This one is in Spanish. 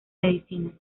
medicina